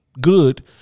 good